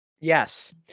Yes